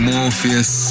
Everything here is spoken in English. Morpheus